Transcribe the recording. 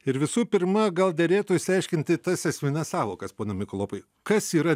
ir visų pirma gal derėtų išsiaiškinti tas esmines sąvokas pone mikolopai kas yra